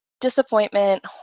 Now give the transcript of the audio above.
disappointment